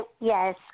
yes